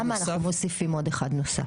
למה אנחנו מוסיפים עוד אחד נוסף?